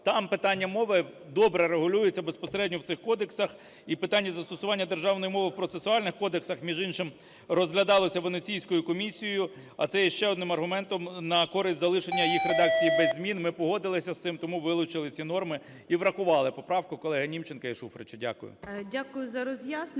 там питання мови добре регулюється, безпосередньо в цих кодексах. І питання застосування державної мови в процесуальних кодексах, між іншим, розглядалося Венеціанською комісією, а це є ще одним аргументом на користь залишення їх редакції без змін, ми погодилися з цим, тому вилучили ці норми і врахували поправку колеги Німченка і Шуфрича. Дякую.